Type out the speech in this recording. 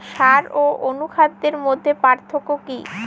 সার ও অনুখাদ্যের মধ্যে পার্থক্য কি?